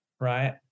right